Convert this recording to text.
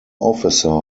officer